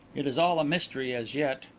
it is all a mystery as yet.